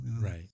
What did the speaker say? Right